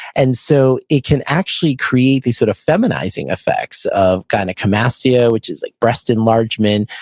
and so it can actually create these sort of feminizing effects of gynecomastia, which is like breast enlargement,